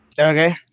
okay